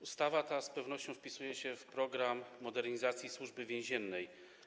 Ustawa ta z pewnością wpisuje się w „Program modernizacji Służby Więziennej”